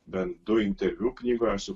bent du interviu knygoje su